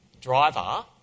driver